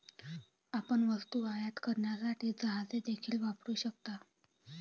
आपण वस्तू आयात करण्यासाठी जहाजे देखील वापरू शकता